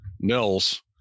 Nils